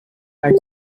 are